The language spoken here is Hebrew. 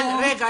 אבל רגע,